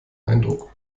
eindruck